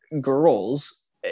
girls